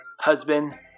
husband